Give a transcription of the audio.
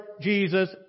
Jesus